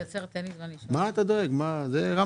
אני לא יודע להגיד לך.